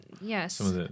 Yes